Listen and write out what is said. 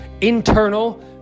internal